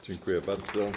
Dziękuję bardzo.